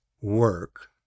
work